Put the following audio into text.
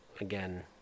again